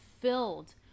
filled